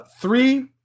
Three